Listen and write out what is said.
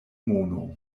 mono